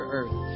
earth